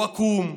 הוא עקום,